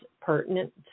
pertinent